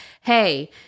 hey